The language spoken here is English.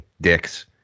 dicks